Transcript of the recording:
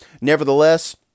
Nevertheless